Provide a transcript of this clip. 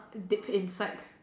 dip inside